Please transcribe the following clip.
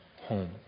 home